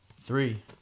Three